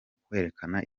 kwerekana